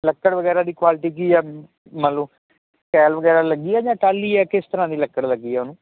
ਲੱਕੜ ਵਗੈਰਾ ਦੀ ਕੁਆਲਟੀ ਕੀ ਐ ਮਤਲਬ ਸੈਲ ਵਗੈਰਾ ਲੱਗੀ ਆ ਜਾਂ ਟਾਹਲੀ ਐ ਕਿਸ ਤਰ੍ਹਾਂ ਦੀ ਲੱਕੜ ਲੱਗੀ ਐ ਉਹਨੂੰ